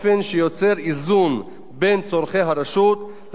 לבין האינטרסים הביטחוניים והמבצעיים.